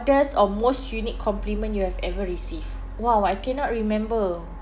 or most unique compliment you have ever received !wow! I cannot remember